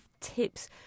tips